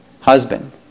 husband